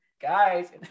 Guys